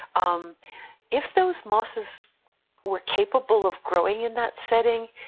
um if those mosses were capable of growing in that setting,